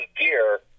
gear